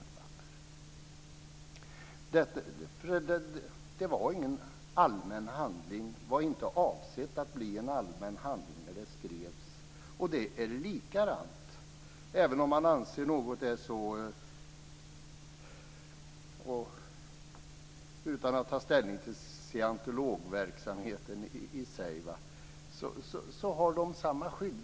Det här var ingen allmän handling och inte avsett att bli en allmän handling när det skrevs. Utan att ta ställning till scientologverksamheten i sig har den samma skydd.